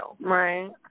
Right